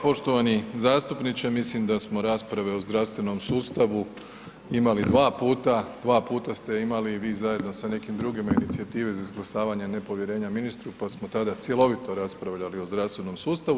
Poštovani zastupniče, mislim da smo rasprave o zdravstvenom sustavu imali dva puta, dva puta ste imali i vi zajedno sa nekim drugim inicijative za izglasavanje nepovjerenja ministru, pa smo tada cjelovito raspravljali o zdravstvenom sustavu.